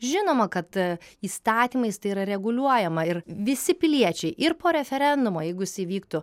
žinoma kad įstatymais tai yra reguliuojama ir visi piliečiai ir po referendumo jeigu jis įvyktų